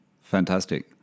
Fantastic